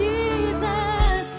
Jesus